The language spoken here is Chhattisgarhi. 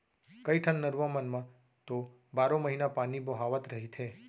कइठन नरूवा मन म तो बारो महिना पानी बोहावत रहिथे